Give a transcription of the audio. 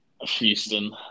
Houston